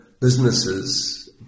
businesses